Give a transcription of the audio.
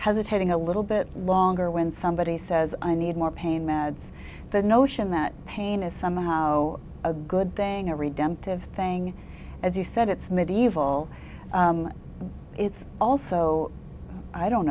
hesitating a little bit longer when somebody says i need more pain meds the notion that pain is somehow a good thing every dented thing as you said it's medieval it's also i don't